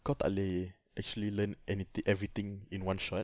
kau tak boleh actually learn anythi~ everything in one shot